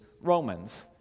Romans